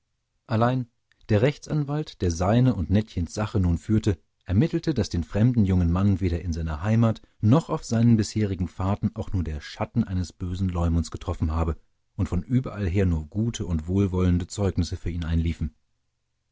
allein der rechtsanwalt der seine und nettchens sache nun führte ermittelte daß den fremden jungen mann weder in seiner heimat noch auf seinen bisherigen fahrten auch nur der schatten eines bösen leumunds getroffen habe und von überall her nur gute und wohlwollende zeugnisse für ihn einliefen